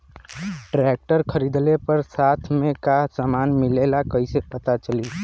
Tractor खरीदले पर साथ में का समान मिलेला कईसे पता चली?